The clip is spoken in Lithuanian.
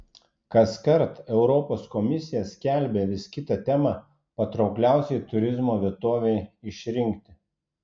kaskart europos komisija skelbia vis kitą temą patraukliausiai turizmo vietovei išrinkti